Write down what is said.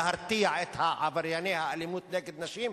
להרתיע את עברייני האלימות נגד נשים,